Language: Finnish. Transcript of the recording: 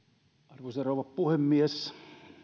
arvoisa rouva puhemies